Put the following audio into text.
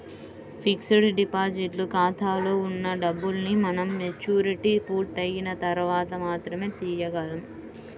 fixed deposit ఖాతాలో ఉన్న డబ్బుల్ని మనం మెచ్యూరిటీ పూర్తయిన తర్వాత మాత్రమే తీయగలం